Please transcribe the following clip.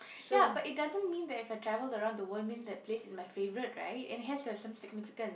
ya but it doesn't mean that if I travel around the world means that place is my favourite right it has to have some significance